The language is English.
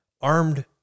armed